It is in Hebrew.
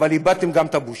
אבל איבדתם גם את הבושה.